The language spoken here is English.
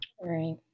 Right